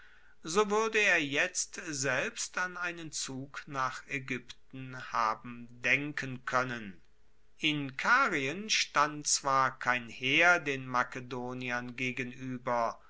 so wuerde er jetzt selbst an einen zug nach aegypten haben denken koennen in karien stand zwar kein heer den makedoniern gegenueber